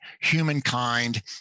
humankind